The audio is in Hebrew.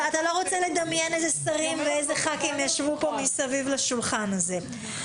לא רוצה לדמיין איזה שרים וחברי כנסת ישבו סביב השולחן הזה.